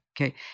okay